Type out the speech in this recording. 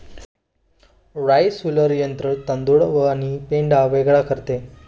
rice huller यंत्र तांदूळ आणि पेंढा वेगळे करते